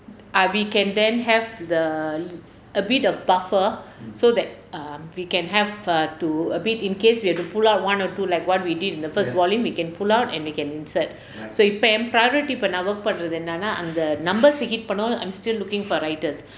ah we can then have the a bit of buffer so that err we can have err to a bit in case we have to pull out one or two like what we did in the first volume we can pull out and we can insert so இப்போ என்:ippo en priority இப்போ நான்:ippo naan work பண்றது என்னன்னா அந்த:pandrathu enannaa antha numbers eh hit பண்ணாலும்:pannaalum I'm still looking for writers